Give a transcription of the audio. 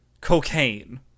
Cocaine